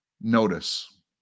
notice